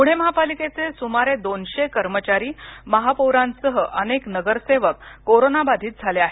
पुणे महापालिकेचे सुमारे दोनशे कर्मचारी महापौरासह अनेक नगरसेवक कोरोना बाधित झाले आहेत